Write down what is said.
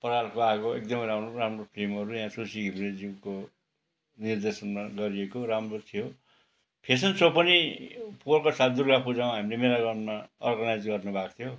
परालको आगो एकदमै राम्रो राम्रो फिल्म तुलसी घिमिरेज्यूको निर्देशनमा गरिएको राम्रो थियो फेसन सो पनि पोहोरको साल दुर्गा पूजामा हामीले मेला ग्राउन्डमा अर्गनाइज गर्ने भएको थियो